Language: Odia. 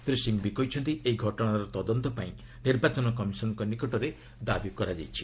ଶ୍ରୀ ସିଂଘଭି କହିଛନ୍ତି ଏହି ଘଟଣାର ତଦନ୍ତ ପାଇଁ ନିର୍ବାଚନ କମିଶନଙ୍କ ନିକଟରେ ଦାବି କରାଯାଇଛି